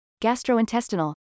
gastrointestinal